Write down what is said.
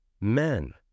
Men